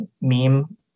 meme